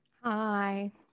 Hi